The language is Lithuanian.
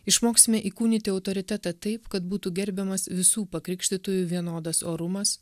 išmoksime įkūnyti autoritetą taip kad būtų gerbiamas visų pakrikštytųjų vienodas orumas